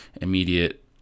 immediate